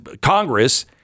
Congress